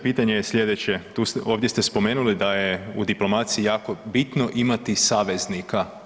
Pitanje je sljedeće, ovdje ste spomenuli da je u diplomaciji jako bitno imati saveznika.